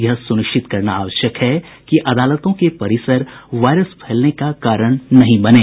यह सुनिश्चित करना आवश्यक है कि अदालतों के परिसर वायरस फैलने का कारण न बनें